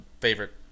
favorite